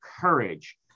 courage